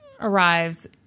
arrives